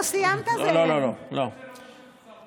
לא סיימנו, אנחנו רוצים שתי שאלות המשך קצרות.